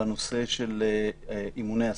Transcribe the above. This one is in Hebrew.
בנושא אימוני הספורט.